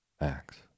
acts